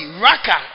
raka